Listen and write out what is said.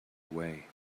away